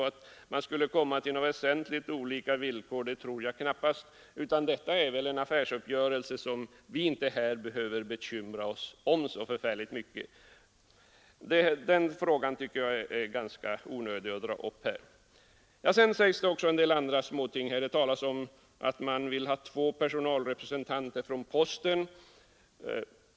Att man skulle komma till väsentligt olika villkor tror jag knappast, utan detta är väl en affärsuppgörelse som vi inte här behöver bekymra oss över så förfärligt mycket. Jag tycker att det är ganska onödigt att dra upp den frågan här. Det talas om att man vill ha två personalrepresentanter från posten.